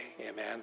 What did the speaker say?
Amen